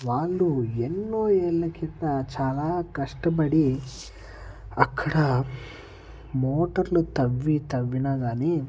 వాళ్ళు ఎన్నో ఏళ్ళ క్రితం చాలా కష్టపడి అక్కడ మోటర్లు తవ్వి తవ్వినా కానీ